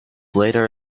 later